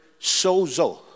sozo